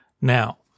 Now